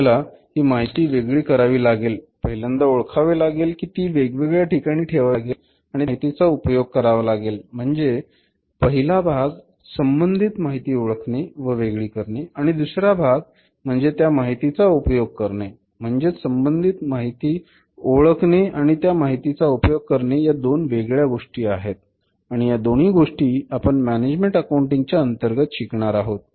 आपल्याला ही माहिती वेगळी करावी लागेल पहिल्यांदा ओळखावे लागेल ती वेगवेगळ्या ठिकाणी ठेवावी लागेल आणि त्या माहितीचा उपयोग करावा लागेल म्हणजे पहिला भाग म्हणजे संबंधित माहिती ओळखणे व वेगळी करणे आणि दुसरा भाग म्हणजे त्या माहितीचा उपयोग करणे म्हणजे संबंधित माहिती ओळखणे आणि या माहितीचा उपयोग करणे ह्या दोन वेगळ्या गोष्टी आहेत आणि या दोन्ही गोष्टी आपण मॅनेजमेण्ट अकाऊण्टिंग च्या अंतर्गत शिकणार आहोत